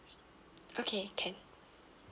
okay can